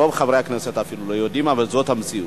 רוב חברי הכנסת אפילו לא יודעים, אבל זאת המציאות.